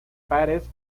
pares